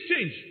change